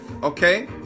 Okay